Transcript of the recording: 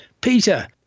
peter